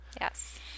Yes